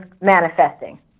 manifesting